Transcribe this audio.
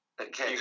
okay